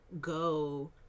go